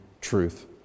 truth